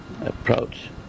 approach